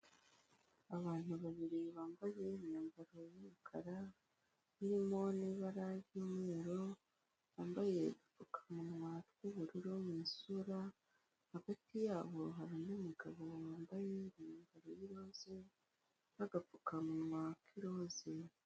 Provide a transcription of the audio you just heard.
Abantu babiri bambaye imyambaro y'umukara irimo n'ibara ry'umweru, bambaye upfukamunwa tw'ubururu mu isura, hagati yabo hari umugabo wambaye ikanzu y'ibara ry'iroza, n'agapfukamunwa k'iroze.